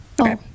okay